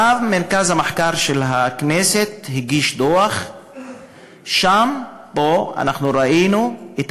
ומרכז המחקר של הכנסת הגיש שם דוח שאנחנו ראינו בו את